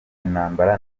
intambara